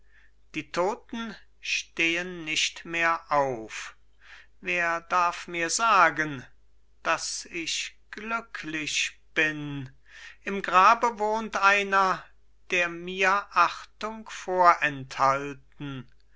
die toten stehen nicht mehr auf wer darf mir sagen daß ich glücklich bin im grabe wohnt einer der mir achtung vorenthalten